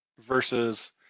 versus